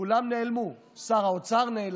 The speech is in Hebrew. כולם נעלמו, שר האוצר נעלם,